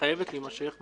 וחייבת להימשך,